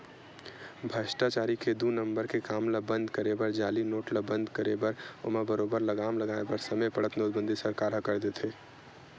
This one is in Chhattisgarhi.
भस्टाचारी के दू नंबर के काम ल बंद करे बर जाली नोट ल बंद करे बर ओमा बरोबर लगाम लगाय बर समे पड़त नोटबंदी सरकार ह कर देथे